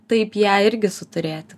taip ją irgi suturėt